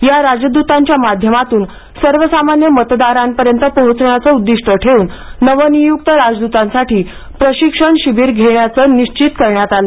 या राजदूतांच्या माध्यमातून सर्वसामान्य मतदारांपर्यंत पोहोचण्याचे उद्दीष्ट ठेवून नवनियुक्त राजद्तांसाठी प्रशिक्षण शिबिर घेण्याचे निश्चित करण्यात आले